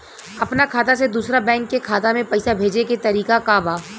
अपना खाता से दूसरा बैंक के खाता में पैसा भेजे के तरीका का बा?